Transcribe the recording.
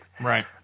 right